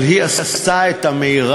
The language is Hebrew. אבל היא עשתה את המרב,